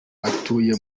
atuye